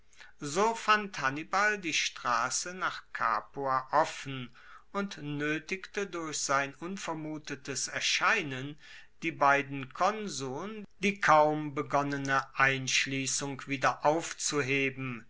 so fand hannibal die strasse nach capua offen und noetigte durch sein unvermutetes erscheinen die beiden konsuln die kaum begonnene einschliessung wieder aufzuheben